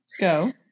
Go